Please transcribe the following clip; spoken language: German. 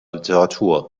literatur